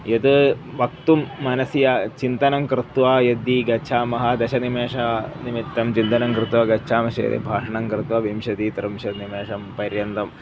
यद् वक्तुं मनसि चिन्तनं कृत्वा यदि गच्छामः दशनिमेषाः निमित्तं चिन्तनं कृत्वा गच्छामः शेषं भाषणं कृत्वा विंशतिः त्रिंशत् निमेषपर्यन्तम्